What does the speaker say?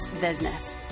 Business